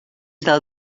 del